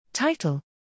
Title